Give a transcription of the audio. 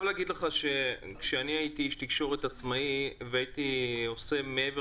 כשאני הייתי איש תקשורת עצמאי והייתי עושה מעבר